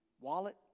wallet